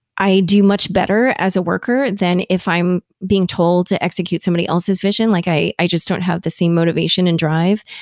i do much better as a worker than if i'm being told to execute somebody else's vision, like i i just don't have the same motivation and drive.